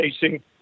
facing